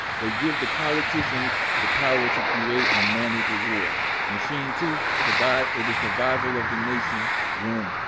they give the politicians the power to create and manage a war machine to provide for the survival of the nation womb.